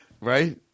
Right